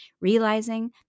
realizing